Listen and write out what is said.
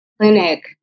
clinic